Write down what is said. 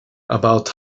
about